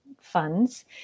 funds